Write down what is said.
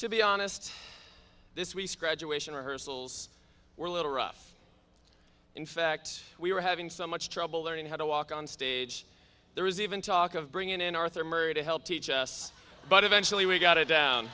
to be honest this week's graduation rehearsals were little rough in fact we were having so much trouble learning how to walk on stage there was even talk of bringing in arthur murray to help teach us but eventually we got it down